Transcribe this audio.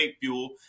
fuel